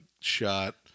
shot